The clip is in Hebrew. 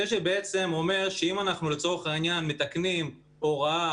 שאומר שאם אנחנו לצורך העניין מתקנים הוראה,